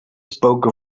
spoke